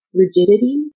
rigidity